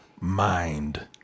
mind